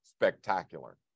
spectacular